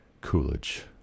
Coolidge